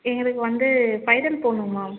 எங்களுக்கு வந்து ஸ்பைரல் போடணும் மேம்